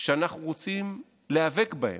שאנחנו רוצים להיאבק בהם,